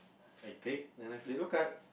I take then I flip the cards